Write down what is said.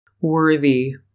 worthy